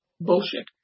Bullshit